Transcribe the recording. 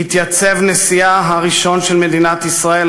התייצב נשיאה הראשון של מדינת ישראל,